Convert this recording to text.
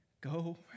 go